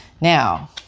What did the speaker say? Now